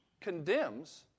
condemns